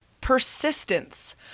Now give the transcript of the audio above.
Persistence